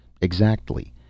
Exactly